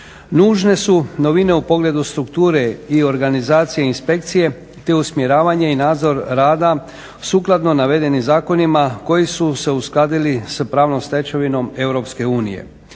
Nužne su novine u pogledu strukture i organizacije inspekcije, te usmjeravanje i nadzor rada sukladno navedenim zakonima koji su se uskladili s pravnom stečevinom EU.